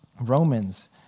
Romans